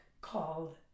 called